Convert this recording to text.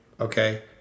okay